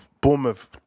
Bournemouth